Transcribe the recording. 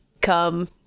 come